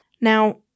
Now